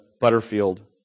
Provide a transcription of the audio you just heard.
Butterfield